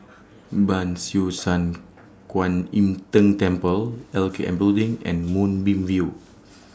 Ban Siew San Kuan Im Tng Temple L K N Building and Moonbeam View